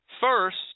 first